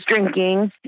drinking